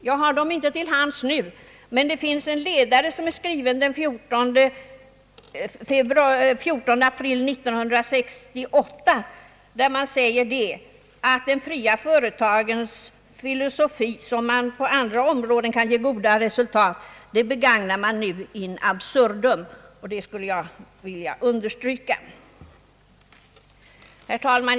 Jag har inte de uttalandena till hands nu, men i en ledare i DN av den 14 april 1968 sägs att »de fria företagens filosofi — som på andra områden kan ge goda resultat — begagnas här in absurdum». Det skulle jag vilja understryka. Herr talman!